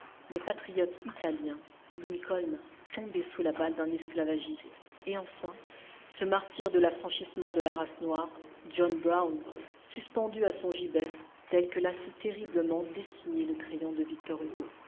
le patriote italien lincoln tombé sous la balle d'un esclavagiste et enfin ce martyr de l'affranchissement de la race noire john brown suspendu à son gibet tel que l'a si terriblement dessiné le crayon de victor hugo